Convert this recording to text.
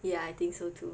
yeah I think so too